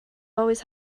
always